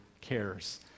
cares